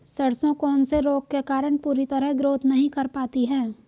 सरसों कौन से रोग के कारण पूरी तरह ग्रोथ नहीं कर पाती है?